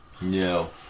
No